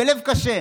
בלב קשה,